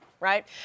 Right